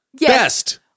best